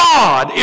God